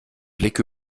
blick